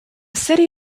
city